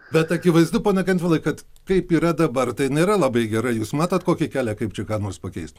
bet akivaizdu pone gentvilai kad kaip yra dabar tai nėra labai gerai jus matot kokį kelią kaip čia ką nors pakeist